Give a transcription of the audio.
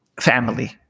family